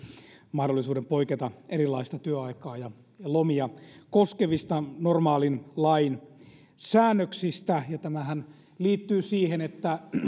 mahdollisuuden poiketa erilaista työaikaa ja lomia koskevista normaalin lain säännöksistä tämähän liittyy siihen että